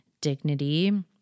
dignity